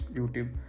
YouTube